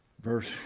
Verse